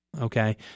Okay